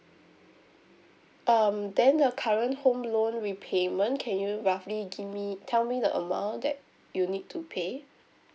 um then the current home loan repayment can you roughly give me tell me the amount that you'll need to pay